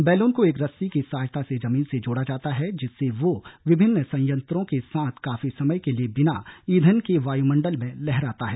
balloon को एक रस्सी की सहायता से जमीन से जोड़ा जाता है जिससे वह विभिन्न संयन्त्रों के साथ काफी समय के लिए बिना ईंधन के वायुमण्डल में लहराता है